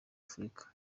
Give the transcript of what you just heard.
afurika